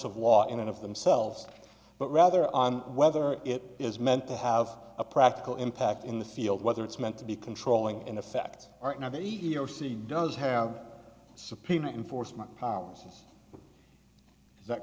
of law in and of themselves but rather on whether it is meant to have a practical impact in the field whether it's meant to be controlling in effect right now that either c does have subpoena enforcement powers that